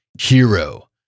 hero